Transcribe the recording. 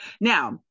Now